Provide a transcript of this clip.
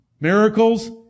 miracles